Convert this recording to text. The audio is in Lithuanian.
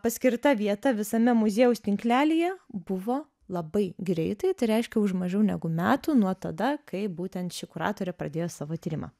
paskirta vieta visame muziejaus tinklelyje buvo labai greitai tai reiškia už mažiau negu metų nuo tada kaip būtent ši kuratorė pradėjo savo tyrimą